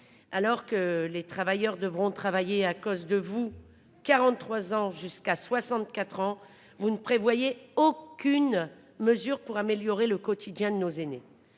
vous les travailleurs devront travailler 43 ans jusqu'à 64 ans, vous ne prévoyez aucune mesure pour améliorer le quotidien de nos aînés.